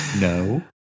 No